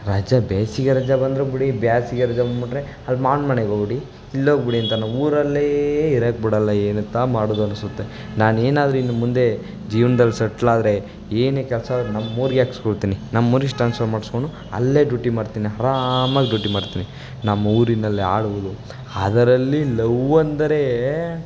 ರಜಾ ಬೇಸಿಗೆ ರಜಾ ಬಂದರೆ ಬಿಡಿ ಬೇಸಿಗೆ ರಜಾ ಬಂದ್ಬಿಟ್ಟರೆ ಅಲ್ಲಿ ಮಾವನ ಮನೆಗೆ ಹೋಗ್ಬಿಡಿ ಇಲ್ಲೋಗಿಬಿಡಿ ಅಂತಾರೆ ನಾವು ಊರಲ್ಲೇ ಇರೋಕ್ ಬಿಡೋಲ್ಲ ಏನಂಥ ಮಾಡೋದ್ ಅನಿಸುತ್ತೆ ನಾನೇನಾದರೂ ಇನ್ನುಮುಂದೆ ಜೀವನ್ದಲ್ಲಿ ಸಟ್ಲ್ ಆದರೆ ಏನೇ ಕೆಲಸ ನಮ್ಮೂರಿಗೆ ಹಾಕಿಸ್ಕೊಳ್ತಿನಿ ನಮ್ಮೂರಿಗೆ ಶ್ಟ್ರಾನ್ಸ್ಫರ್ ಮಾಡಿಸ್ಕೊಂಡು ಅಲ್ಲೇ ಡ್ಯೂಟಿ ಮಾಡ್ತೀನಿ ಆರಾಮಾಗ್ ಡ್ಯೂಟಿ ಮಾಡ್ತೀನಿ ನಮ್ಮೂರಿನಲ್ಲೇ ಆಡುವುದು ಅದರಲ್ಲಿ ಲವ್ ಅಂದರೇ